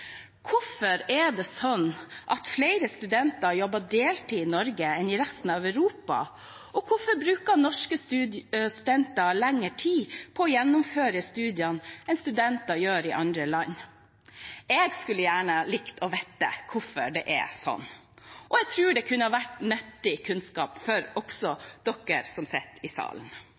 Hvorfor er det slik at flere studenter jobber deltid i Norge enn i resten av Europa? Og hvorfor bruker norske studenter lengre tid på å gjennomføre studiene enn studenter i andre land? Jeg skulle gjerne likt å vite hvorfor det er slik. Jeg tror det kunne vært nyttig kunnskap for alle som sitter i salen.